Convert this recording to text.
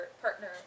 partner